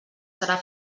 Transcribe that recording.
serà